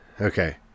Okay